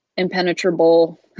impenetrable